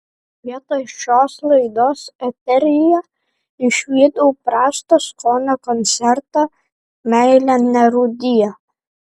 vietoj šios laidos eteryje išvydau prasto skonio koncertą meilė nerūdija